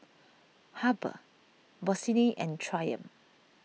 Habhal Bossini and Triumph